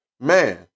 Man